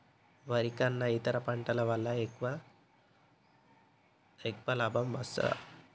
వరి కన్నా ఇతర పంటల వల్ల ఎక్కువ లాభం వస్తదా?